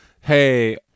hey